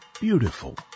beautiful